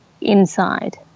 inside